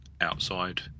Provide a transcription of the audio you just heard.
outside